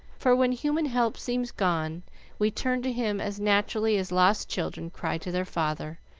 for when human help seems gone we turn to him as naturally as lost children cry to their father,